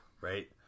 Right